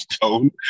tone